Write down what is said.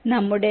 നമ്മുടെ വി